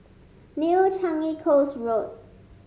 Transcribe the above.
New Changi Coast Road